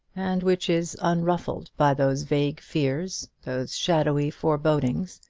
and which is unruffled by those vague fears, those shadowy forebodings,